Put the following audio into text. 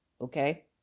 Okay